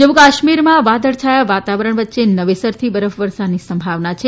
જમ્મુ કાશ્મીરમાં વાદળછાયા વાતાવરણ વચ્ચે નવેસરથી બરફવર્ષાની સંભાવના છે